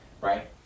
right